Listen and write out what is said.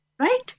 right